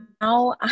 now